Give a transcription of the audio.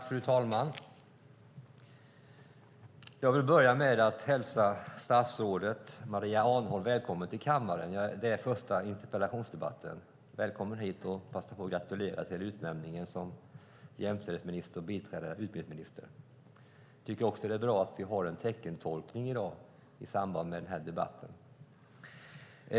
Fru talman! Jag vill börja med att hälsa statsrådet Maria Arnholm välkommen till kammaren och till hennes första interpellationsdebatt. Jag vill också passa på att gratulera till utnämningen till jämställdhetsminister och biträdande utbildningsminister. Det är bra att vi har teckentolkning i dag i samband med den här debatten.